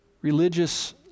Religious